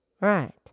Right